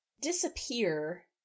disappear